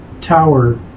tower